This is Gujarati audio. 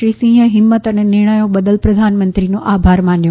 શ્રીસિંહે હિંમત અને નિર્ણયો બદલ પ્રધાનમંત્રીનો આભાર માન્યો